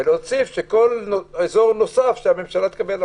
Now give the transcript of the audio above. וביקש להוסיף שכל אזור נוסף שהממשלה תקבל החלטה.